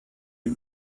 you